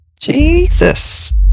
Jesus